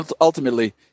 ultimately